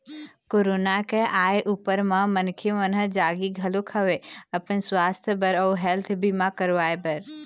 corona के आय ऊपर म मनखे मन ह जागे घलोक हवय अपन सुवास्थ बर अउ हेल्थ बीमा करवाय बर